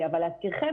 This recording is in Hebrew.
אבל להזכירכם,